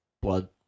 blood